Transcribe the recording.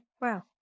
Wow